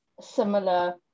similar